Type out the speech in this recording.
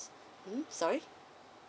mm sorry